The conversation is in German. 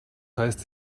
heißt